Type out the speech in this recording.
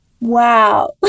Wow